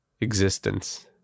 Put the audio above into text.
existence